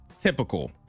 typical